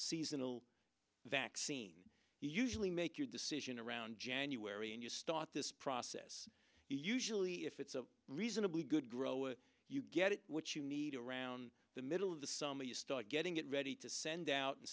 seasonal vaccine usually make your decision around january and you start this process usually if it's a reasonably good grow it you get it what you need around the middle of the summer you start getting it ready to send out in